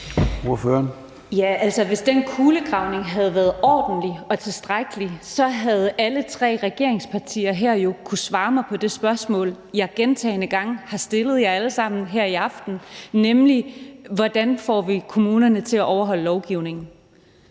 hvis den kulegravning havde været ordentlig og tilstrækkelig, havde alle tre regeringspartier her jo kunnet svare mig på det spørgsmål, jeg gentagne gange har stillet jer alle sammen her i aften: Hvordan får vi kommunerne til at overholde lovgivningen?